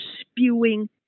spewing